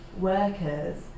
workers